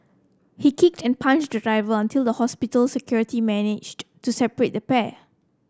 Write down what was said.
he kicked and punched the driver until the hospital security managed to separate the pair